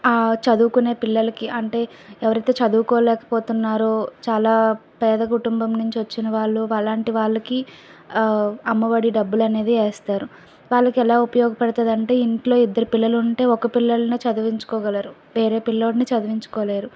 ఆ చదువుకునే పిల్లలకి అంటే ఎవరైతే చదువుకోలేకపోతున్నారో చాలా పేద కుటుంబం నుంచి వచ్చిన వాళ్ళు అలాంటి వాళ్లకి అమ్మఒడి డబ్బులనేది వేస్తారు వాళ్ళకి ఎలా ఉపయోగపడుతుందంటే ఇంట్లో ఇద్దరు పిల్లలు ఉంటే ఒక పిల్లలనే చదివించుకోగలరు వేరే పిల్లాడ్ని చదివించుకోలేరు